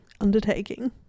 undertaking